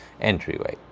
entryway